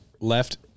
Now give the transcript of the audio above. left